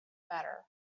better